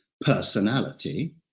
personality